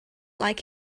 like